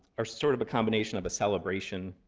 are sort of a combination of a celebration,